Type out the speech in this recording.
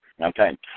Okay